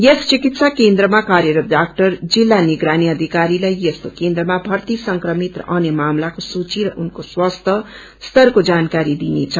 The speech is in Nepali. यस चिकित्सा केन्द्रमा कार्यरत डाक्अर जिल्ल निगरानी अधिकरीताई यस्तो केन्द्रमा भर्ती संक्रमित र अन्य मामिलाको सूची र उनको स्वास्थ्य स्तरमो जानकारी दिइअनेछ